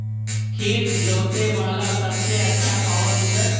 खेत जोते बाला सबसे आछा पॉवर टिलर?